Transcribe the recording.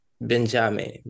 Benjamin